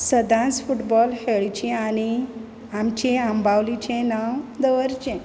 सदांच फुटबॉल खेळचीं आनी आमचें आंबावलीचें नांव दवरचें